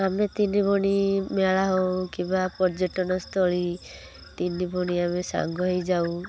ଆମେ ତିନି ଭଉଣୀ ମେଳା ହେଉ କିମ୍ବା ପର୍ଯ୍ୟଟନ ସ୍ଥଳୀ ତିନି ଭଉଣୀ ଆମେ ସାଙ୍ଗ ହେଇ ଯାଉ